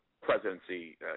presidency